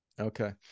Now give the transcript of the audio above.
Okay